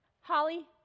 Holly